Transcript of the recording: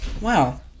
Wow